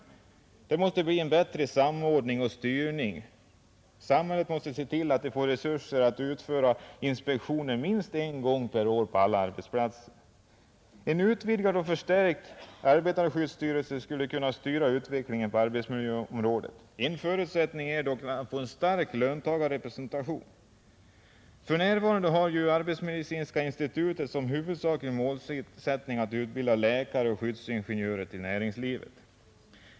Det måste bli en bättre samordning och styrning. Samhället måste se till att resurser skapas för att utföra inspektioner minst en gång per år på alla arbetsplatser. En utvidgad och förstärkt arbetarskyddsstyrelse skulle kunna styra utvecklingen på arbetsmiljöområdet. En förutsättning för detta är dock att den skulle få en stark löntagarrepresentation. För närvarande har ju arbetsmedicinska institutet som huvudsaklig målsättning att utbilda läkare och skyddsingenjörer till näringslivet.